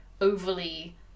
overly